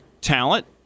talent